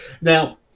Now